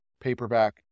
paperback